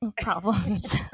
problems